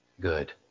good